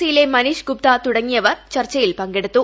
C യിലെ മനീഷ് ഗുപ്ത തുടങ്ങിയവർ ചർച്ചയിൽ പങ്കെടുത്തു